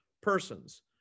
persons